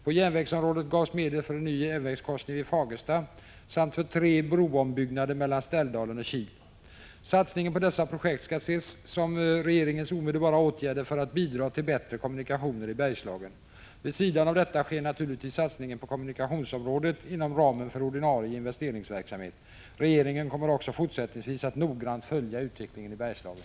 På järnvägsområdet gavs medel för en ny järnvägskorsning vid Fagersta samt för tre broombyggnader mellan Ställdalen och Kil. Satsningen på dessa projekt skall ses som regeringens omedelbara åtgärder för att bidra till bättre kommunikationer i Bergslagen. Vid sidan av detta sker naturligtvis satsningen på kommunikationsområdet inom ramen för ordinarie investeringsverksamhet. Regeringen kommer också fortsättningsvis att noggrant följa utvecklingen i Bergslagen.